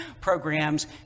programs